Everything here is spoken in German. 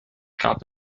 gab